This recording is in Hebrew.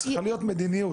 צריכה להיות מדיניות,